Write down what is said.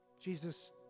Jesus